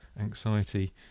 anxiety